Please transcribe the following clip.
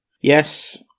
Yes